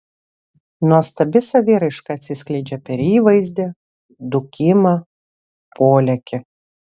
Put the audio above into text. nuostabi saviraiška atsiskleidžia per įvaizdį dūkimą polėkį